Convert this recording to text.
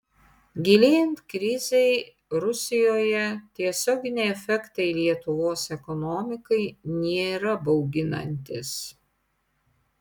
gilėjant krizei rusijoje tiesioginiai efektai lietuvos ekonomikai nėra bauginantys